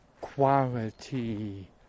quality